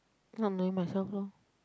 not knowing myself lor